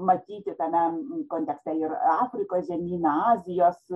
matyti tame kontekste ir afrikos žemyną azijos